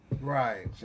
Right